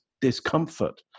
discomfort